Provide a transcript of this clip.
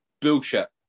Bullshit